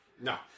No